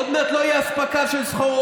עוד מעט לא תהיה אספקה של סחורות.